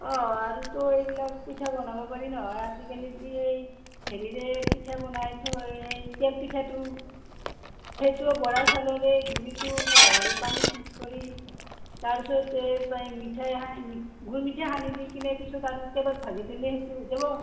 অঁ আৰুতো এইবিলাক পিঠা বনাব পাৰি নহয় আজিকালি যি এই হেৰিৰে পিঠা বনাই থৈ সেই তেল পিঠাটো সেইটো বৰা চাউলৰে গুড়িটো হেৰি পানীত মিক্স কৰি তাৰপিছত এই মিঠাই সা গুৰ মিঠাই সানি দি কিনে পিছত আৰু তেলত ভাজি দিলে সেইটো হৈ যাব